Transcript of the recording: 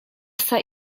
psa